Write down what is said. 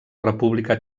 república